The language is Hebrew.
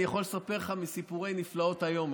אני יכול לספר לך מסיפורי נפלאות היום,